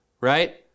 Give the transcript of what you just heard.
right